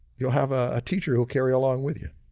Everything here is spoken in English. you'll have a teacher who'll carry along with you.